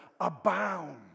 abound